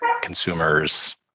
consumers